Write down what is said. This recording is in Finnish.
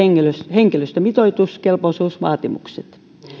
henkilöstömitoitus ja kelpoisuusvaatimukset